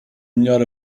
melhor